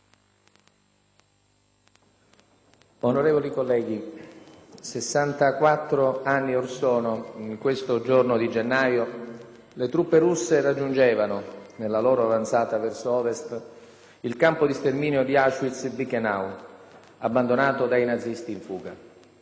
Onorevoli colleghi, sessantaquattro anni or sono, in questo giorno di gennaio, le truppe russe raggiungevano, nella loro avanzata verso Ovest, il campo di sterminio di Auschwitz-Birkenau, abbandonato dai nazisti in fuga.